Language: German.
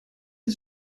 des